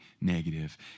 negative